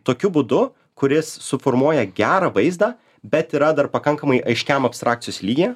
tokiu būdu kuris suformuoja gerą vaizdą bet yra dar pakankamai aiškiam abstrakcijos lygyje